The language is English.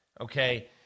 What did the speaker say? okay